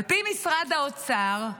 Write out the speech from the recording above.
על פי משרד האוצר,